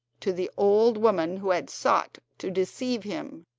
to the old woman who had sought to deceive him.